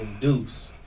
Deuce